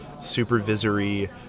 supervisory